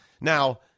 Now